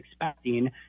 expecting